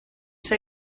say